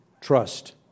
trust